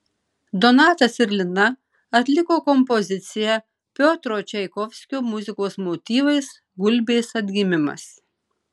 donatas ir lina atliko kompoziciją piotro čaikovskio muzikos motyvais gulbės atgimimas